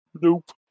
Nope